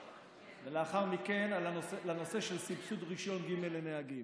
ולאחר מכן על הנושא של סבסוד רישיון ג' לנהגים,